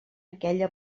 aquella